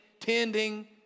tending